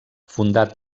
fundat